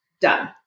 Done